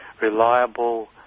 reliable